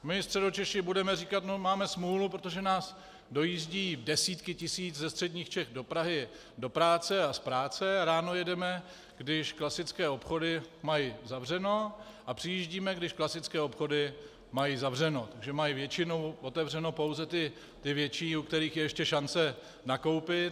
My Středočeši budeme říkat: No máme smůlu, protože nás dojíždějí desítky tisíc ze středních Čech do Prahy do práce a z práce a ráno jedeme, když klasické obchody mají zavřeno, a přijíždíme, když klasické obchody mají zavřeno, takže mají většinou otevřeno pouze ty větší, u kterých je ještě šance nakoupit.